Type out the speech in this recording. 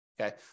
Okay